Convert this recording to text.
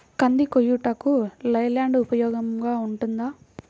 కంది కోయుటకు లై ల్యాండ్ ఉపయోగముగా ఉంటుందా?